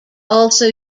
also